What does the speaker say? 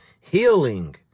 healing